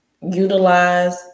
utilize